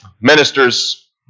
ministers